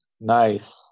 Nice